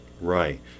Right